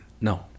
No